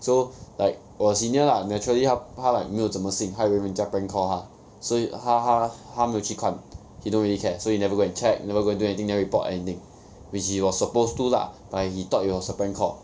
so like 我 senior lah naturally 他他 like 没有怎么信他以为人家 prank call 他所以他他他没有去看 he don't really care so he never go and check never go do anything never report or anything which he was suppose to lah but he thought it was a prank call